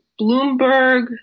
Bloomberg